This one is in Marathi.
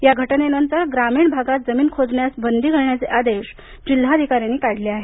या घटनेनंतर ग्रामीण भागात जमीन खोदण्यास बंदी घालण्याचे आदेश जिल्हाधिकाऱ्यांनी काढले आहेत